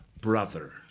brother